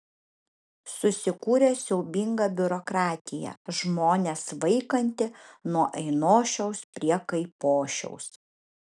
susikūrė siaubinga biurokratija žmones vaikanti nuo ainošiaus prie kaipošiaus